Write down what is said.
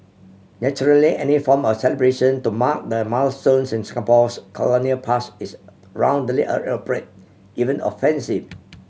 naturally any form of celebration to mark the milestones in Singapore's colonial past is roundly even offensive